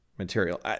material